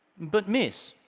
but miss,